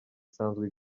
isanzwe